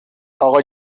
اقا